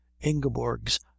Ingeborg's